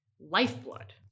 lifeblood